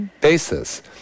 basis